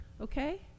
Okay